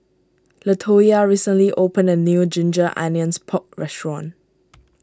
Latoyia recently opened a new Ginger Onions Pork restaurant